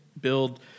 build